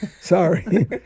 Sorry